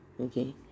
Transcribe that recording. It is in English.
Okay